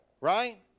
right